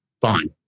Fine